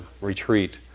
retreat